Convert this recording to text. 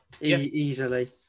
Easily